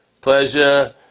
Pleasure